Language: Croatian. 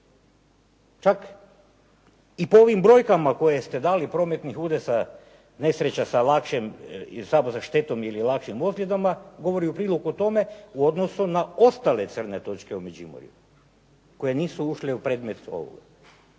Čak i po ovim brojkama koje ste dali prometnih udesa nesreća samo sa štetom ili lakšim ozljedama govori u prilog tome u odnosu na ostale crne točke u Međimurju koje nisu ušle u predmet ovoga.